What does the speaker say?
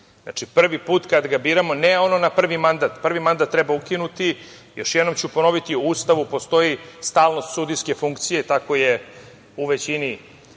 Znači, prvi put kada ga biramo, ne ono na prvi mandat, prvi mandat treba ukinuti. Još jednom ću ponoviti, u Ustavu postoji stalnost sudijske funkcije. Tako je u većini zemalja